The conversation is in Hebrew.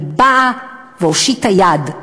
אבל באה והושיטה יד,